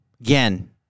again